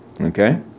Okay